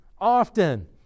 often